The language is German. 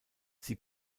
sie